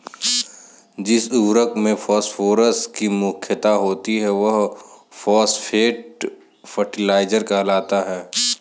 जिस उर्वरक में फॉस्फोरस की प्रमुखता होती है, वह फॉस्फेट फर्टिलाइजर कहलाता है